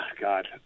God